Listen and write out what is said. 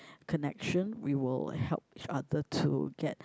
connection we will help each other to get